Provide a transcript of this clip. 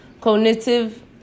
Cognitive